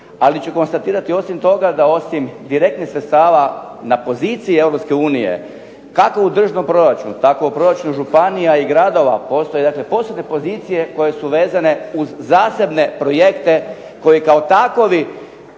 Ali ću konstatirati da osim toga da osim direktnih sredstava na poziciji Europske unije kako u državnom proračunu, tako u proračunu županija i gradova postoje posebne pozicije koje su vezane uz zasebne projekte koji kao takovi